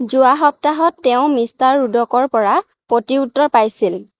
যোৱা সপ্তাহত তেওঁ মিষ্টাৰ ৰুডকৰ পৰা প্ৰতিউত্তৰ পাইছিল